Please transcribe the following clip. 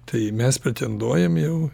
tai mes pretenduojam jau